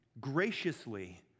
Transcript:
graciously